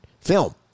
film